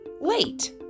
late